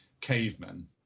cavemen